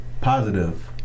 positive